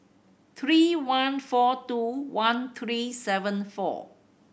three one four two one three seven four